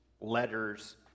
letters